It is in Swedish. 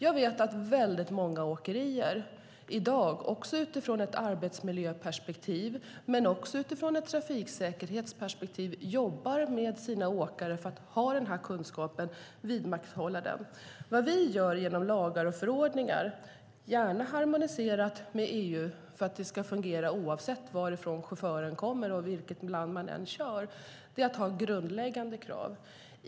Jag vet att väldigt många åkerier i dag, utifrån ett arbetsmiljöperspektiv men också utifrån ett trafiksäkerhetsperspektiv, jobbar med sina åkare för att de ska ha den här kunskapen och vidmakthålla den. Det vi gör genom lagar och förordningar, gärna harmoniserat med EU för att det ska fungera oavsett varifrån chauffören kommer och i vilket land man än kör, är att ställa grundläggande krav.